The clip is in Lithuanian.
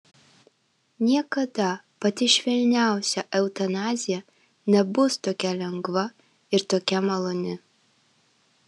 niekada pati švelniausia eutanazija nebus tokia lengva ir tokia maloni